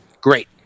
Great